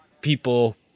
people